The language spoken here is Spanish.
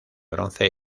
bronce